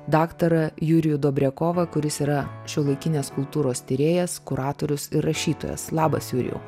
daktarą jurij dobriakovą kuris yra šiuolaikinės kultūros tyrėjas kuratorius ir rašytojas labas jurijau